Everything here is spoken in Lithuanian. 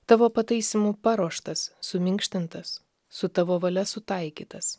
tavo pataisymų paruoštas suminkštintas su tavo valia sutaikytas